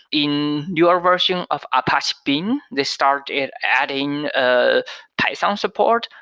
in newer version of apache beam, they started adding ah python support.